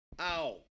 Ow